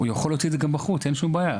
הוא יכול להוציא את זה גם בחוץ, אין שום בעיה.